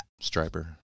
Striper